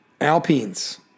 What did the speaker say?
Alpines